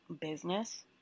business